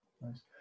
nice